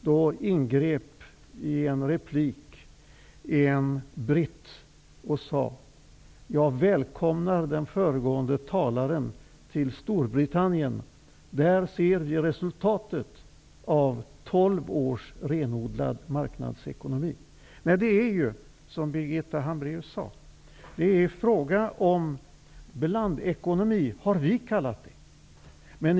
Då ingrep i en replik en britt och sade: Jag välkomnar den föregående talaren till Storbritannien. Där ser vi resultatet av tolv års renodlad marknadsekonomi. Vad som behövs är ju, som Birgitta Hambraeus sade, det vi har kallat för blandekonomi.